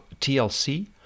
TLC